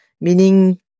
meaning